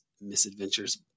misadventures